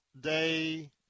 day